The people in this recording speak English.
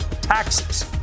taxes